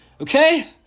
Okay